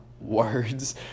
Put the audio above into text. words